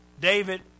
David